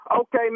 Okay